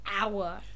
hour